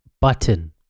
Button